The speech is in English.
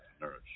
nourish